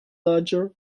manager